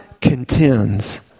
contends